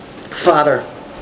Father